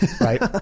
right